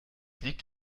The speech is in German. liegt